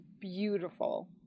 beautiful